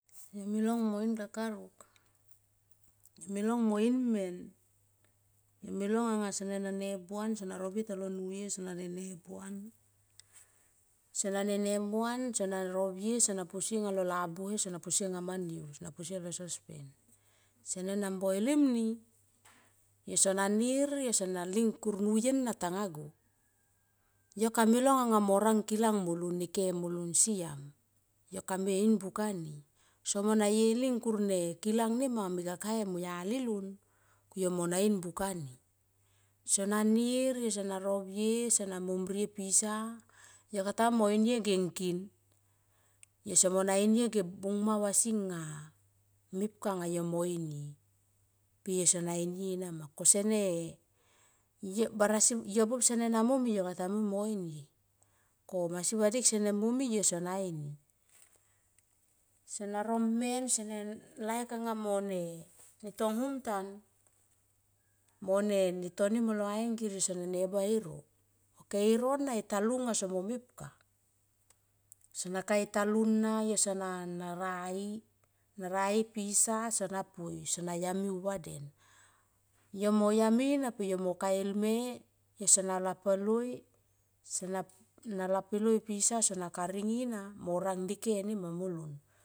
Yo me long mo in kakaruk yo me long mo in men, yo me long anga sene na nebuan sona rovie talo nuye sona nene buan. Sona nene buan sona rovie sona posie anga lo labuhe sona posie anga ma niu sona posie alo sospen. Sene na mboilin ni yo sona nir yo yo sona ling kur nuye na tanga rang go, yo kame long anga in buka ni. Somo na ling kurne kelang nema me kakae mo yali lon kumo na in buka ni, sona nir yo sona rovie sona mom rie pisa yo kata mui mo mo inie nge ngin yo somo na inie nge bung mau asi nga mepka anga yo mo inie pe yo sona inie nama ko sene yo buop sene na momi yo sana ini. Sona no men pe sene na laik anga mo ne tong hum tan mo ne toni molo aingir yo sona ne bua er ok e no na e talu nga somo mepka sona ka e talu na rai, na rai pisa na poi sona yami au va den yo mo yami na pe yo mo ka elme yo sona lapal loi sana lapeloi sana lapaloi pisa sona karingi na mo rang neke nama molon.